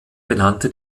benannte